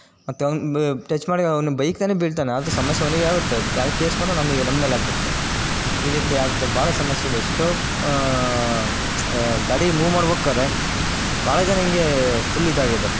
ಮತ್ತು ಅವ್ನು ಬ್ ಟಚ್ ಮಾಡಿ ಅವನು ಬೈಕ್ನವನೆ ಬೀಳ್ತಾನೆ ಅದು ಸಮಸ್ಯೆ ಅವನಿಗೇ ಆಗುತ್ತೆ ಗಾಡಿ ಕೇಸ್ ಮಾತ್ರ ನಮಗೆ ನಮ್ಮ ಮೇಲೆ ಆಗ್ತದೆ ಈ ರೀತಿ ಆಗ್ತವೆ ಭಾಳ ಸಮಸ್ಯೆಗಳು ಎಷ್ಟೋ ಗಾಡಿ ಮೂವ್ ಮಾಡ್ಬೇಕಾರೆ ಭಾಳ ಜನ ಹೀಗೇ ಫುಲ್ ಇದಾಗಿದಾರೆ